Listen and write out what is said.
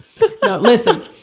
listen